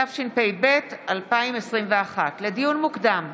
התשפ"ב 2021. לדיון מוקדם,